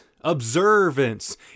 observance